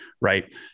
Right